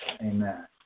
amen